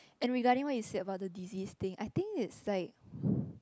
and regarding what is said about the disease thing I think it's like